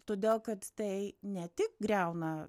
todėl kad tai ne tik griauna